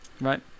right